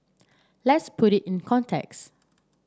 let's put it in context